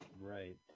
Right